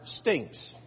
stinks